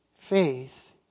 Faith